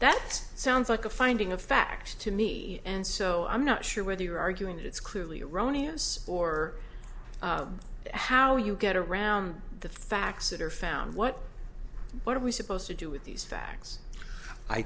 that sounds like a finding of fact to me and so i'm not sure whether you are arguing that it's clearly erroneous or how you get around the facts that are found what what are we supposed to do with these